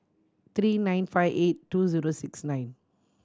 three nine five eight two zero six nine